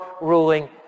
ruling